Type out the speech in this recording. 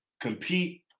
compete